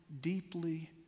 deeply